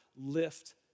lift